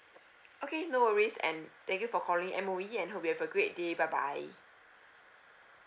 okay no worries and thank you for calling M_O_E and hope you have a great day bye bye